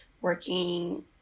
working